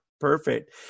perfect